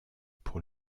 pour